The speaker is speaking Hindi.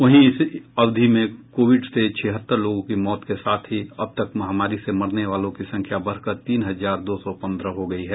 वहीं इसी अवधि में कोविड से छिहत्तर लोगों की मौत के साथ ही अब तक इस महामारी से मरने वालों की संख्या बढ़कर तीन हजार दो सौ पन्द्रह हो गयी है